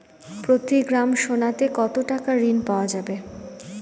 প্রতি গ্রাম সোনাতে কত টাকা ঋণ পাওয়া যাবে?